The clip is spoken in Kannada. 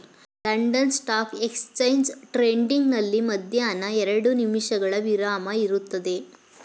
ಲಂಡನ್ ಸ್ಟಾಕ್ ಎಕ್ಸ್ಚೇಂಜ್ ಟ್ರೇಡಿಂಗ್ ನಲ್ಲಿ ಮಧ್ಯಾಹ್ನ ಎರಡು ನಿಮಿಷಗಳ ವಿರಾಮ ಇರುತ್ತದೆ